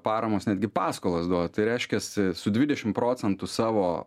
paramos netgi paskolas duoda tai reiškiasi su dvidešim procentų savo